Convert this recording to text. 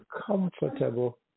comfortable